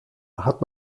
hat